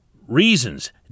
Reasons